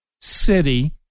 city